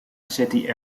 city